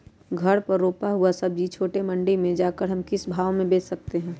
घर पर रूपा हुआ सब्जी छोटे मंडी में जाकर हम किस भाव में भेज सकते हैं?